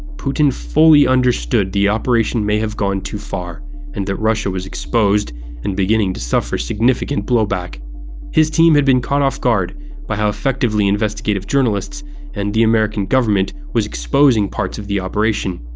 putin fully understood the operation may have gone too far and that russia was exposed and beginning to suffer significant blowback his team had been caught off-guard by how effectively investigative journalists and the american government was exposing parts of the operation.